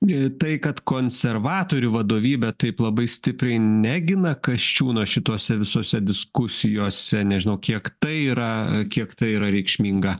tai kad konservatorių vadovybė taip labai stipriai negina kasčiūno šituose visose diskusijose nežinau kiek tai yra kiek tai yra reikšminga